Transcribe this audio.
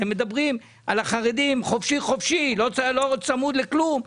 אתם מדברים על החרדים חופשי חופשי, לא צמוד לכלום,